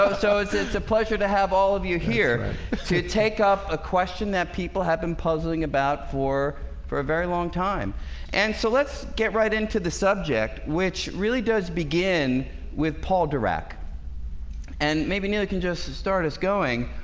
so it's it's a pleasure to have all of you here to take up a question that people have been puzzling about for for a very long time and so let's get right into the subject which really does begin with paul dirac and maybe nia can just start us going.